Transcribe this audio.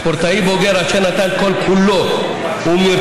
ספורטאי בוגר אשר נתן את כל-כולו ומרצו,